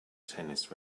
tennis